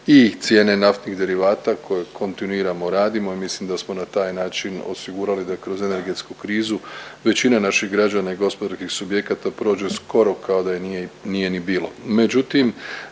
i cijene naftnih derivata koje kontinuirano radimo i mislim da smo na taj način osigurali da kroz energetsku krizu većina naših građana i gospodarskih subjekata prođe skoro kao da je nije ni bilo. Međutim,